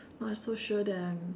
not so sure that I'm